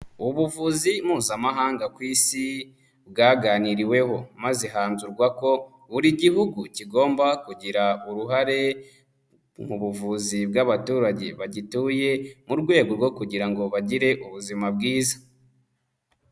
Ubuvuzi mpuzamahanga ku isi bwaganiriweho maze hanzurwa ko buri gihugu kigomba kugira uruhare mu buvuzi bw'abaturage bagituye, mu rwego rwo kugira ngo bagire ubuzima bwiza.